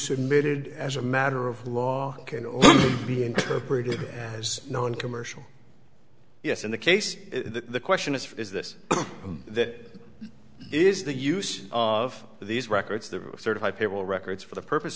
submitted as a matter of law can be interpreted as noncommercial yes in the case the question is is this that is the use of these records the certified payroll records for the purpose